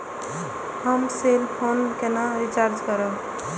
हम cell phone केना recharge करब?